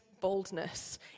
boldness